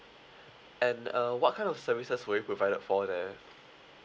and uh what kind of services were you provided for there